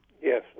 Yes